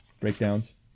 breakdowns